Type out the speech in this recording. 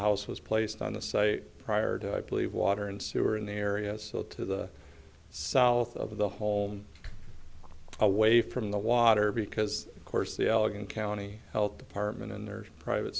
house was placed on the site prior to i believe water and sewer in the area so to the south of the home away from the water because of course the allegan county health department and the private